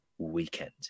Weekend